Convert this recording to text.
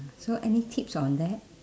so any tips on that